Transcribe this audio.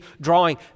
drawing